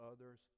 others